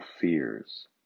fears